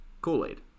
Kool-Aid